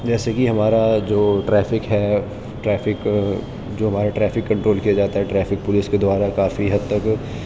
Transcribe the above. جیسے کہ ہمارا جو ٹرافک ہے ٹرافک جو ہمارا ٹرافک کنٹرول کیا جاتا ہے ٹرافک پولیس کے دوارا کافی حد تک